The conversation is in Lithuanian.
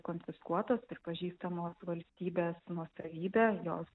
konfiskuotos pripažįstamos valstybės nuosavybe jos